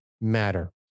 matter